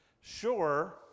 Sure